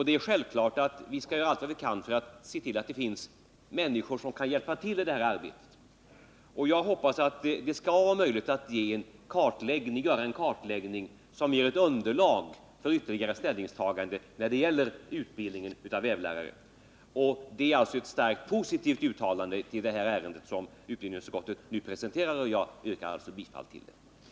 Det är självklart att vi skall göra allt vad vi kan för att se till att det finns människor som kan hjälpa till i detta arbete. Jag hoppas att det skall vara möjligt att göra en kartläggning som ger ett underlag för ytterligare ställningstagande när det gäller utbildning av vävlärare. Det är alltså ett starkt positivt uttalande som utbildningsutskottet nu presenterar i detta ärende. Jag yrkar bifall till utskottets hemställan.